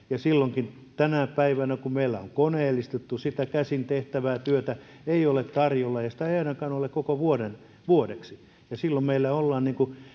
ja kun meillä tänä päivänä on työtä koneellistettu sitä käsin tehtävää työtä ei ole tarjolla ja sitä ei ainakaan ole koko vuodeksi silloin ollaan